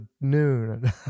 noon